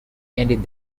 ending